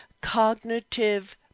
cognitive